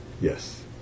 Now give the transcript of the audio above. Yes